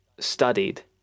Studied